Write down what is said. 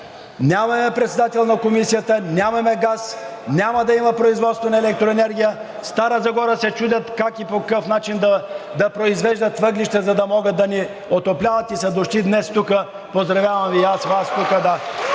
Нямаме председател на Комисията, нямаме газ, няма да има производство на електроенергия. В Стара Загора се чудят как и по какъв начин да произвеждат въглища, за да могат да ни отопляват и са дошли днес тук – поздравявам Ви (ръкопляскания